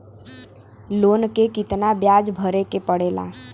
Loan के कितना ब्याज भरे के पड़े ला?